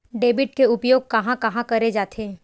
Debit के उपयोग कहां कहा करे जाथे?